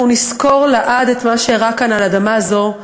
אנחנו נזכור לעד את מה שאירע כאן, על אדמה זו,